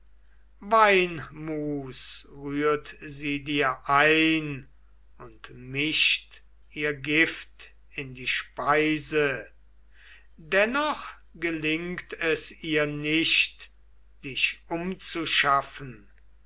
rührt sie dir ein und mischt ihr gift in die speise dennoch gelingt es ihr nicht dich umzuschaffen